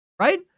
right